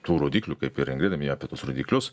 tų rodiklių kaip ir ingrida minėjo apie tuos rodiklius